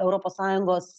europos sąjungos